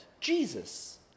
Jesus